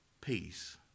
Peace